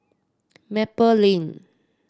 Maple Lane